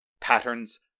patterns